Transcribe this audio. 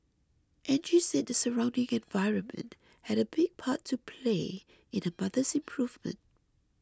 Angie said the surrounding environment had a big part to play in her mother's improvement